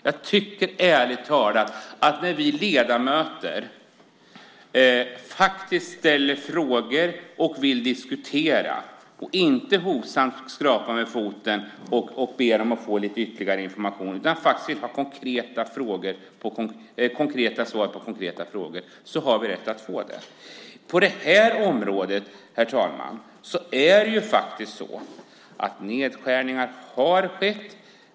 Jag tycker ärligt talat att när vi ledamöter ställer frågor och vill diskutera, och inte hovsamt skrapa med foten och be om att få ytterligare information, utan vill ha konkreta svar på konkreta frågor, har vi rätt att få det. Herr talman! På det här området har det skett nedskärningar.